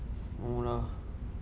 murah